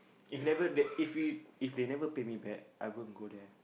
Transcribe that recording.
if never that if we if they never pay me back I won't go there